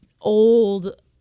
old